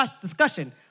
discussion